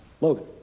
Logan